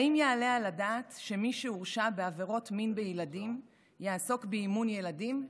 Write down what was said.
האם יעלה על הדעת שמי שהורשע בעבירות מין בילדים יעסוק באימון ילדים?